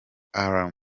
alarm